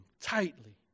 tightly